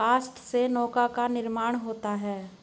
काष्ठ से नौका का निर्माण होता है